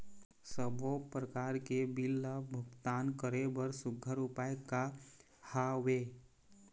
सबों प्रकार के बिल ला भुगतान करे बर सुघ्घर उपाय का हा वे?